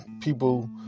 people